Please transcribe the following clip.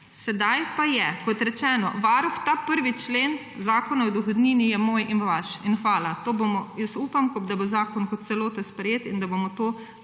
sedaj pa je. Kot rečeno, varuh, ta 1. člen zakona o dohodnini je moj in vaš, in hvala. Upam, da bo zakon kot celota sprejet in da bomo to